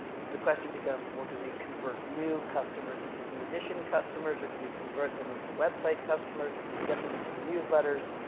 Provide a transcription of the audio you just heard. the question becomes well do we convert new customers into e-edition customers, or do we convert them into website customers, or do we get them into the newsletters?